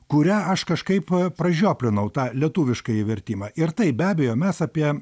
kurią aš kažkaip pražioplinau tą lietuviškąjį vertimą ir tai be abejo mes apie